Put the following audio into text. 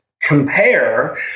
compare